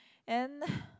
and